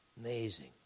Amazing